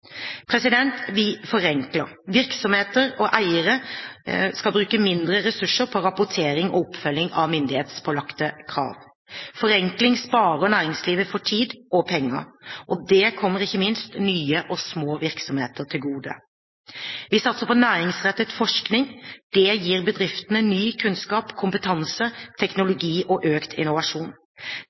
bruke mindre ressurser på rapportering og oppfølging av myndighetspålagte krav. Forenkling sparer næringslivet for tid og penger, og det kommer ikke minst nye og små virksomheter til gode. Vi satser på næringsrettet forskning. Det gir bedriftene ny kunnskap, kompetanse, teknologi og økt innovasjon.